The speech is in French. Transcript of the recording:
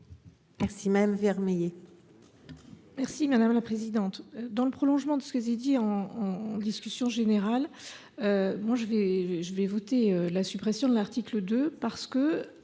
Merci madame Vermeillet.